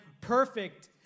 perfect